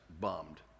bummed